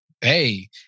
Hey